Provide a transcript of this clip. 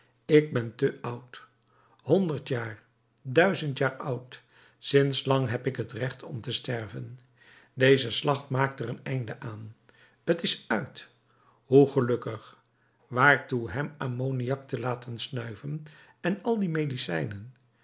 ik ben te oud honderd jaar duizend jaar oud sinds lang heb ik het recht om te sterven deze slag maakt er een einde aan t is uit hoe gelukkig waartoe hem ammoniak te laten snuiven en al die medicijnen